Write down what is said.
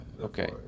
Okay